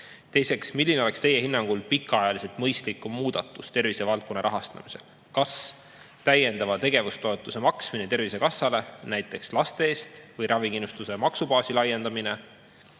Teiseks, milline oleks teie hinnangul pikaajaliselt mõistlikum muudatus tervisevaldkonna rahastamisel – kas täiendava tegevustoetuse maksmine Tervisekassale näiteks laste eest või ravikindlustuse maksubaasi laiendamine?